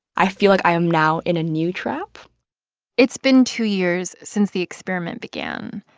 i feel like i am now in a new trap it's been two years since the experiment began.